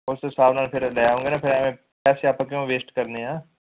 ਉਸ ਹਿਸਾਬ ਨਾਲ ਫੇਰ ਲੈ ਆਉਂਗੇ ਫੇਰ ਐਵੇਂ ਪੈਸੇ ਆਪਾਂ ਕਿਓਂ ਵੇਸਟ ਕਰਨੇ ਆ